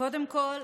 קודם כול,